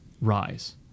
rise